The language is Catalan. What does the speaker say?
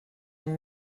amb